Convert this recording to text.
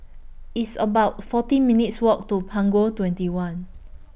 It's about fourteen minutes' Walk to Punggol twenty one